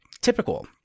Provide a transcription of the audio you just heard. typical